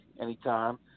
anytime